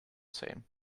same